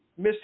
Mr